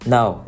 Now